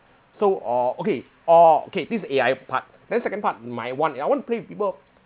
so oh okay oh okay this is A_I part then second part my want I want to play with people